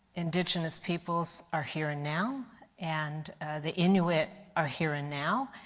indigenous peoples are here and now and the inuit are here and now.